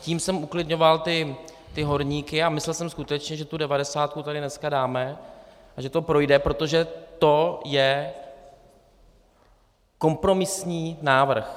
Tím jsem uklidňoval ty horníky a myslel jsem skutečně, že tu devadesátku tady dneska dáme a že to projde, protože to je kompromisní návrh.